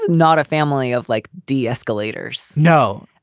not a family of like d escalators. no.